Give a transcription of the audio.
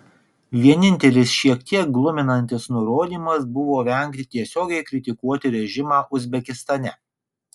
vienintelis šiek tiek gluminantis nurodymas buvo vengti tiesiogiai kritikuoti režimą uzbekistane